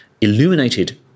illuminated